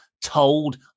told